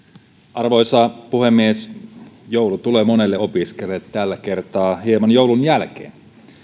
arvoisa puhemies joulu tulee monelle opiskelijalle tällä kertaa hieman joulun jälkeen